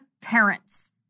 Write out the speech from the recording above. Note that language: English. parents